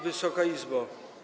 Wysoka Izbo!